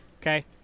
okay